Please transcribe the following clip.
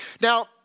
Now